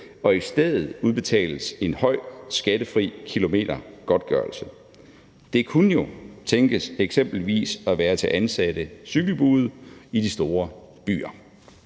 og i stedet udbetales en høj skattefri kilometergodtgørelse. Det kunne jo tænkes eksempelvis at være til ansatte cykelbude i de store byer.